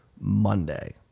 Monday